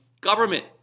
government